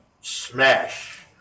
smash